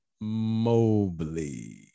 Mobley